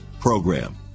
program